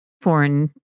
foreign